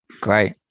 great